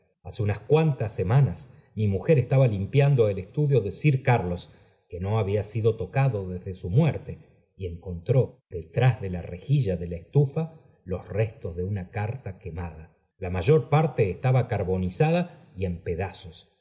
unas cuantas manas mi mujer estaba limpiando el estudio ae sir carlos que no había sido tocado desde su muerte y encontró detrás de la rejilla de la estufa los restos de una carta quemada la mayor parta estaba carbonizada y en pedazos